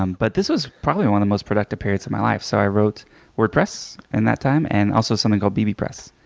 um but this was probably one of the most productive periods of my life. so i wrote wordpress in that time, and also something called bb press.